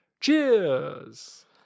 Cheers